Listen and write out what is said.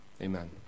Amen